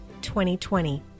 2020